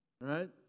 right